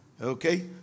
Okay